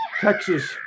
Texas